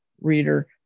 Reader